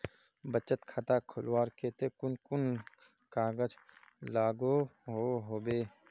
बचत खाता खोलवार केते कुन कुन कागज लागोहो होबे?